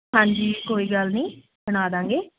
ਹਾਂਜੀ ਕੋਈ ਗੱਲ ਨੀ ਬਣਾਦਾਂਗੇ